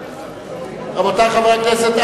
רבותי חברי הכנסת,